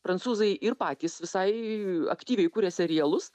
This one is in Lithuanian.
prancūzai ir patys visai aktyviai kuria serialus